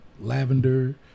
lavender